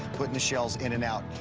putting the shells in and out.